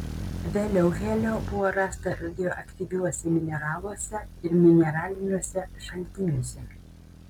vėliau helio buvo rasta radioaktyviuose mineraluose ir mineraliniuose šaltiniuose